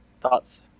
thoughts